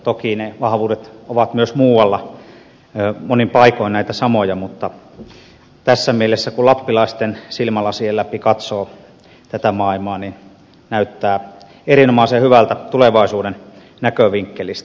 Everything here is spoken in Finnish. toki ne vahvuudet ovat myös muualla monin paikoin näitä samoja mutta tässä mielessä kun lappilaisten silmälasien läpi katsoo tätä maailmaa niin näyttää erinomaisen hyvältä tulevaisuuden näkövinkkelistä